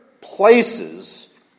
places